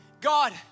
God